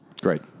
Great